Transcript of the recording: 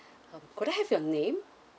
um could I have your name